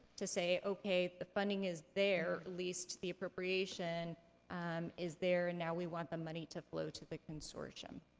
to say, okay, the funding is there, at least, the appropriation um is there, and now we want the money to flow to the consortium.